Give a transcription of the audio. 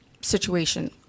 situation